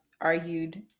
argued